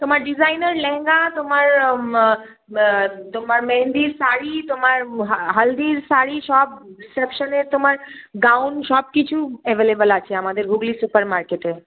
তোমার ডিজাইনার লেহেঙ্গা তোমার তোমার মেহেন্দির শাড়ি তোমার হালদির শাড়ি সব রিসেপশনের তোমার গাউন সব কিছু অ্যাভেলেবেল আছে আমাদের হুগলি সুপারমার্কেটে